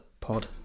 Pod